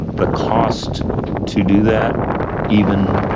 the cost to do that even